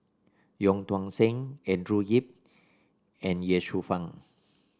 Wong Tuang Seng Andrew Yip and Ye Shufang